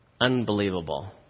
unbelievable